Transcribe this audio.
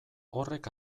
horrek